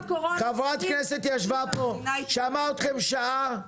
חברת כנסת ישבה פה שמעה אתכם שעה,